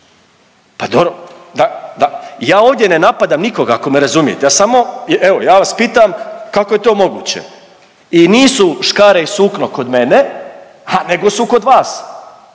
da, da, ja ovdje ne napadam nikoga ako me razumijete, ja samo, evo ja vas pitam kako je to moguće i nisu škare i sukno kod mene ha nego su kod vas